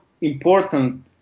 important